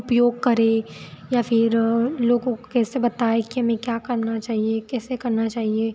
उपयोग करें या फिर लोगों को कैसे बताएं कि हमें क्या करना चाहिए कैसे करना चाहिए